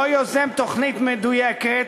לא יוזם תוכנית מדויקת,